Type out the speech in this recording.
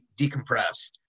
decompress